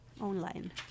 online